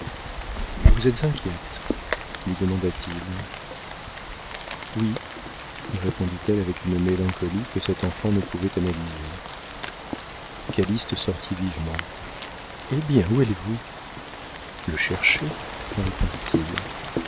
vous êtes inquiète lui demanda-t-il oui répondit-elle avec une mélancolie que cet enfant ne pouvait analyser calyste sortit vivement hé bien où allez-vous le chercher